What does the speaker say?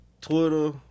Twitter